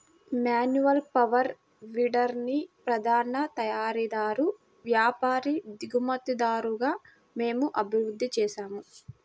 manual power వీడర్ని ప్రధాన తయారీదారు, వ్యాపారి, దిగుమతిదారుగా మేము అభివృద్ధి చేసాము